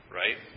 right